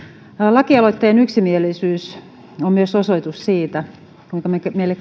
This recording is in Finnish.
lakialoitteen yksimielisyys on myös osoitus siitä kuinka meille